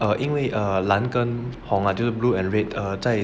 err 因为 err 蓝跟红 ah 就是 blue and red err 在